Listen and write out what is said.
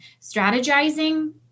strategizing